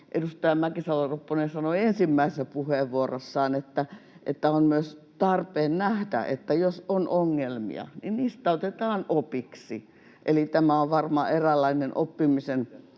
edustaja Mäkisalo-Ropponen sanoi ensimmäisessä puheenvuorossaan, että on myös tarpeen nähdä, että jos on ongelmia, niin niistä otetaan opiksi, eli tämä on varmaan eräänlainen oppimisen